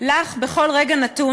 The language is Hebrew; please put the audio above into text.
לך בכל רגע נתון.